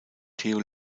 theo